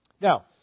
Now